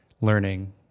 learning